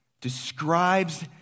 describes